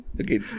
Okay